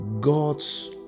God's